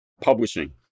publishing